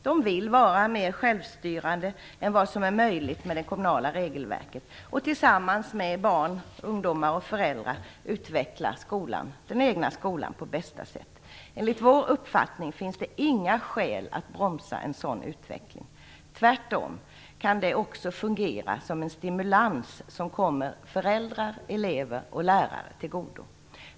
De vill vara mera självstyrande än vad som är möjligt med det kommunala regelverket och tillsammans med barn, ungdomar och föräldrar utveckla den egna skolan på bästa sätt. Enligt vår uppfattning finns det inga skäl att bromsa en sådan utveckling. Tvärtom kan det också fungera som en stimulans som kommer föräldrar, elever och lärare till godo.